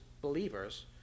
believers